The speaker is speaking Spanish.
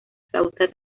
flauta